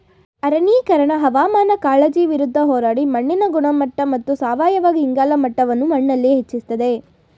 ಅರಣ್ಯೀಕರಣ ಹವಾಮಾನ ಕಾಳಜಿ ವಿರುದ್ಧ ಹೋರಾಡಿ ಮಣ್ಣಿನ ಗುಣಮಟ್ಟ ಮತ್ತು ಸಾವಯವ ಇಂಗಾಲ ಮಟ್ಟವನ್ನು ಮಣ್ಣಲ್ಲಿ ಹೆಚ್ಚಿಸ್ತದೆ